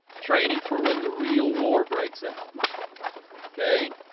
training for when the real war breaks out ok